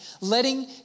letting